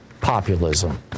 populism